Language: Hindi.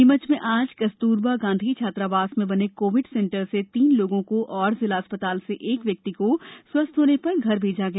नीमच में आज कस्तूरबा गांधी छात्रावास में बने कोविड सेंटर से तीन लोगों को और जिला अस्पताल से एक व्यक्ति को स्वस्थ होने पर घर भेजा गया